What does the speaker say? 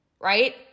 right